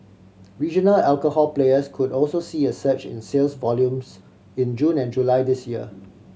regional alcohol players could also see a surge in sales volumes in June and July this year